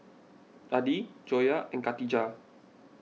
Adi Joyah and Katijah